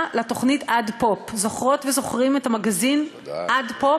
לתוכנית "עד פופ" זוכרות וזוכרים את המגזין "עד פופ"?